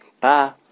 bye